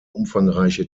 umfangreiche